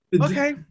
okay